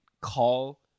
call